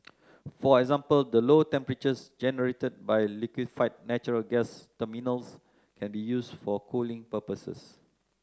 for example the low temperatures generated by liquefied natural gas terminals can be used for cooling purposes